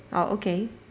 oh okay